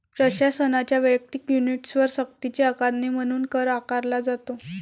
प्रशासनाच्या वैयक्तिक युनिट्सवर सक्तीची आकारणी म्हणून कर आकारला जातो